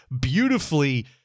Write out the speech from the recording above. beautifully